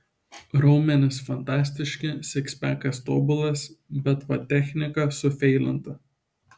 raumenys fantastiški sikspekas tobulas bet vat technika sufeilinta